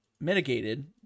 mitigated